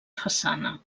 façana